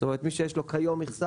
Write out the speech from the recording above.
זאת אומרת מי שיש לו כיום מכסה,